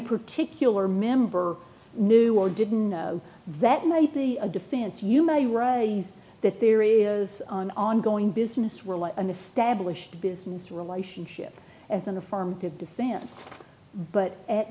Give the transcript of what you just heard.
particular member knew or didn't know that might be a defense you my raised that theory is an ongoing business really an established business relationship as an affirmative defense but at